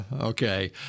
Okay